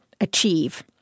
achieve